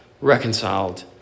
reconciled